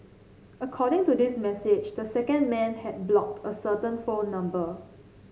according to this message this second man had blocked a certain phone number